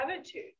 attitude